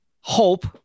hope